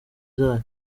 zayo